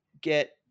get